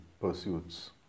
pursuits